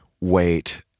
Wait